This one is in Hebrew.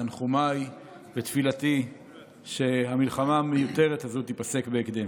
תנחומיי ותפילתי שהמלחמה המיותרת הזו תיפסק בהקדם.